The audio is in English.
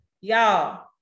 y'all